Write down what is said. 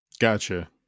Gotcha